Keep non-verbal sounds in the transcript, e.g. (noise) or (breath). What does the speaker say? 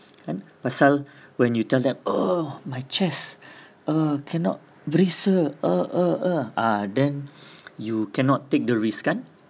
kan pasal when you tell them ugh my chest (breath) ugh cannot breath sir ugh ugh ugh ah then you cannot take the risk kan